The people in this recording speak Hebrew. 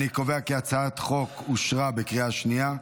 אני קובע כי הצעת החוק אושרה בקריאה שנייה.